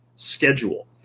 Schedule